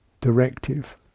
directive